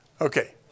Okay